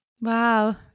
wow